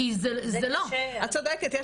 את צודקת.